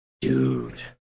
Dude